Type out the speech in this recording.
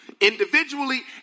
individually